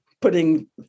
putting